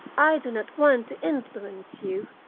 i do not want to influence you.